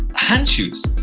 hand shoes.